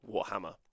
Warhammer